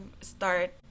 start